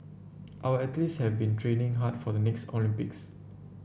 our athletes have been training hard for the next Olympics